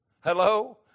Hello